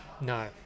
No